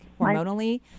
hormonally